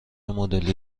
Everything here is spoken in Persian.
مدلی